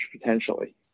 potentially